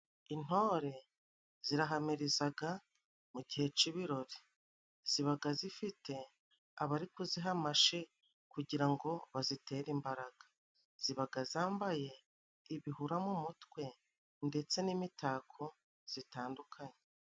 Intore zirahamirizaga mu gihe c'ibirori, zibaga zifite abari kuziha amashi kugira ngo bazitere imbaraga. Zibaga zambaye ibihura mu mutwe, ndetse n'imitako zitandukanye.